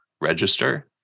register